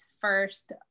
first